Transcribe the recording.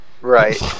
right